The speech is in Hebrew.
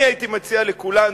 אני הייתי מציע לכולנו,